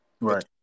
right